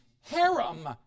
harem